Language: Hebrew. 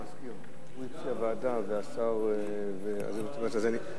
אני רוצה לומר, הנושא הזה נדון חודש ימים.